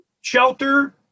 shelter